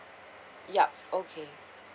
yup okay